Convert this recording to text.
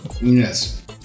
yes